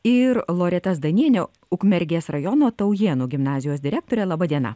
ir loreta zdaniene ukmergės rajono taujėnų gimnazijos direktore laba diena